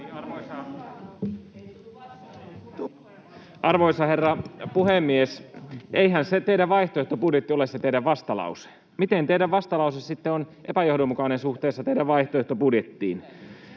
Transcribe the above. Arvoisa herra puhemies! Eihän se teidän vaihtoehtobudjettinne ole se teidän vastalauseenne. Miten teidän vastalauseenne sitten on epäjohdonmukainen suhteessa teidän vaihtoehtobudjettiinne?